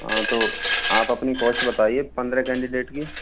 हाँ तो आप अपनी कॉस्ट बताइए पंद्रह कैनडिडेट की